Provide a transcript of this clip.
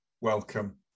welcome